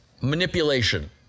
Manipulation